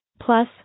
Plus